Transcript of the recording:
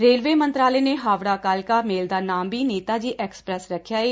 railway ਮੰਤਰਾਲੇ ਨੇ ਹਾਵਤਾ ਕਾਲਕਾ ਮੇਲ ਦਾ ਨਾਮ ਵੀ ਨੇਤਾਜੀ ਐਕਸਪ੍ਰੈਸ ਰੱਖਿਆ ਏ